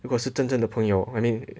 如果是真正的朋友 I mean